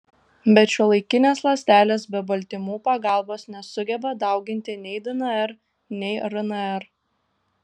bet šiuolaikinės ląstelės be baltymų pagalbos nesugeba dauginti nei dnr nei rnr